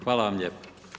Hvala vam lijepo.